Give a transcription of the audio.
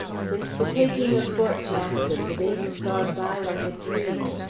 since the taking of fort jackson, the days have gone by like a dream.